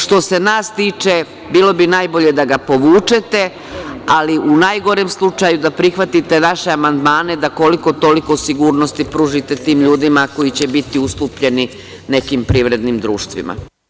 Što se nas tiče, bilo bi najbolje da ga povučete, ali u najgorem slučaju da prihvatite naše amandmane da koliko toliko sigurnosti pružite tim ljudima koji će biti ustupljeni nekim privrednim društvima.